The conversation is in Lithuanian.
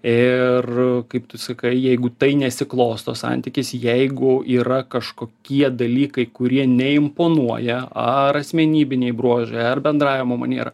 ir kaip tu sakai jeigu tai nesiklosto santykis jeigu yra kažkokie dalykai kurie neimponuoja ar asmenybiniai bruožai ar bendravimo maniera